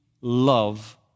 love